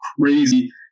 crazy